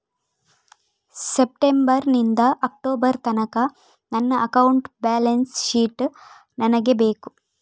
September ನಿಂದ October ತನಕ ನನ್ನ ಅಕೌಂಟ್ ಬ್ಯಾಲೆನ್ಸ್ ಶೀಟ್ ನನಗೆ ಬೇಕು